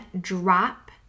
drop